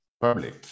public